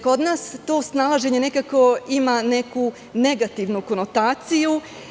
Kod nas to snalaženje ima neku negativnu konotaciju.